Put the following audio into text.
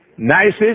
Nicest